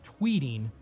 tweeting